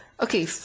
okay